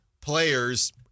players